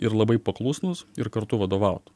ir labai paklusnūs ir kartu vadovautų